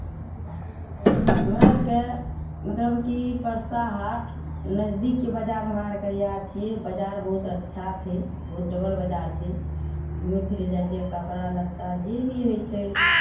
हमरा आरकेँ मतलब कि परसा हाट नजदीकके बाजार हमरा आरकेँ इएह छियै बाजार बहुत अच्छा छै बहुत डबल बाजार छै घूमय फिरय लए जाइ छियै कपड़ा लत्ता जे भी होइ छै